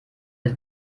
mit